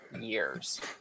years